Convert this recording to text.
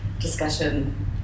discussion